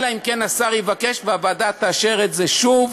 אלא אם כן השר יבקש והוועדה תאשר את זה שוב.